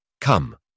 Come